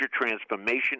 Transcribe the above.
transformation